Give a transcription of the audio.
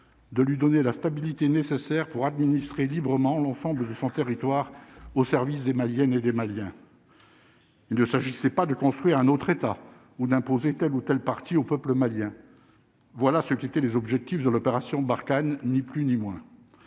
de lui donner la stabilité nécessaire pour administrer librement l'ensemble de son territoire au service des Maliennes et les Maliens. Il ne s'agissait pas de construire un autre état ou d'imposer telle ou telle partie au peuple malien, voilà ce qu'étaient les objectifs de l'opération Barkhane ni plus ni moins,